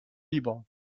libre